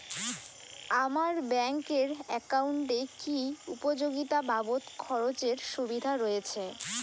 আমার ব্যাংক এর একাউন্টে কি উপযোগিতা বাবদ খরচের সুবিধা রয়েছে?